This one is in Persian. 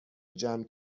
جمع